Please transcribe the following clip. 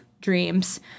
dreams